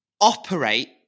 operate